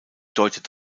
deutet